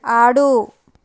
ఆడు